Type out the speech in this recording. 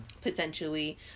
Potentially